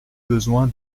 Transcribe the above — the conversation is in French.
besoin